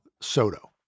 Soto